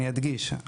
אני אדגיש,